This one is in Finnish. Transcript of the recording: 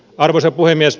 arvoisa puhemies